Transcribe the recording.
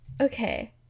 Okay